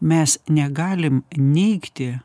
mes negalim neigti